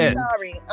sorry